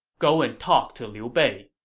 go and talk to liu bei.